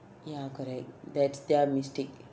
ya correct that's their mistake